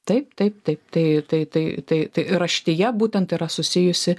taip taip taip tai tai tai tai tai raštija būtent yra susijusi